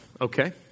okay